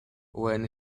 when